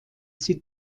sie